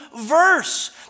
verse